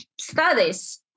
studies